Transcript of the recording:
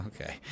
Okay